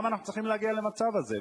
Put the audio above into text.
למה אנחנו צריכים להגיע למצב הזה?